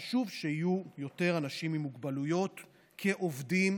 חשוב שיהיו יותר אנשים עם מוגבלויות כעובדים